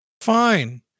Fine